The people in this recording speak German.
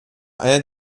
einer